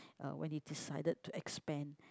uh when he decided to expand